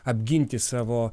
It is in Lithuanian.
apginti savo